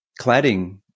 cladding